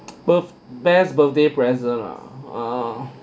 birth best birthday present ah